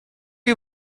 you